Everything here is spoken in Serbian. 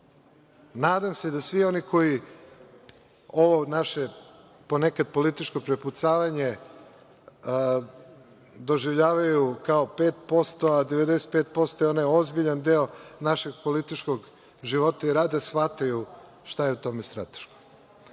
Nadam se da svi oni koji ovo naše ponekad političko prepucavanje doživljavaju kao 5%, a 95% je onaj ozbiljan deo našeg političkog života i rada, shvataju šta je u tome strateško. Na